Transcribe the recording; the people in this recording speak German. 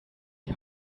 die